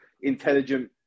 intelligent